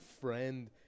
friend